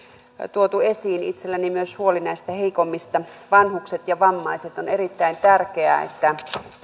tuotu esiin itselläni on myös huoli näistä heikommista vanhukset ja vammaiset on erittäin tärkeää että